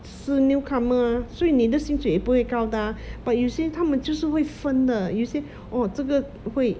是 newcomer ah 所以你的薪水不会高的 ah but 有些他们就是会分的有些 orh 这个会